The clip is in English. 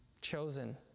chosen